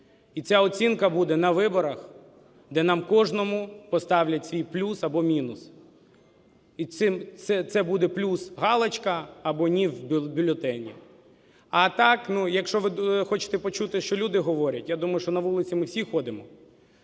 І ця оцінка буде на виборах, де нам кожному поставлять свій плюс або мінус. І це буде плюс – "галочка" або "ні" в бюлетені. А так, ну, якщо ви хочете почути що люди говорять, я думаю, що на вулиці ми всі ходимо,